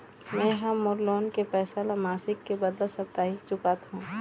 में ह मोर लोन के पैसा ला मासिक के बदला साप्ताहिक चुकाथों